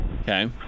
Okay